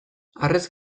harrez